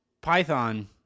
python